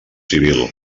civil